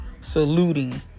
saluting